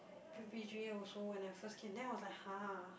p_p_g_a also when I first came then I was like [huh]